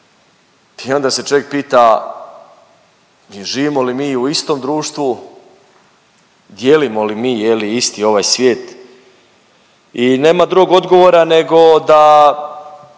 i onda se čovjek pita živimo li mi u istom društvu, dijelimo li mi isti ovaj svijet? I nema drugog odgovora da